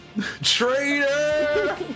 traitor